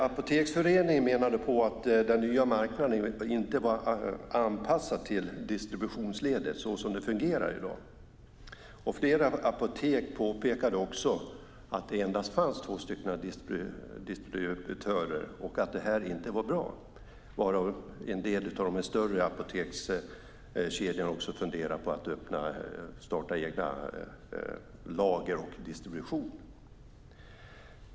Apoteksföreningen menade att den nya marknaden inte var anpassad till distributionsledet som det fungerar i dag. Flera apotek påpekade att det endast fanns två distributörer och att det inte var bra. En del av de större apotekskedjorna funderade också på att starta egna lager och egen distribution.